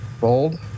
Bold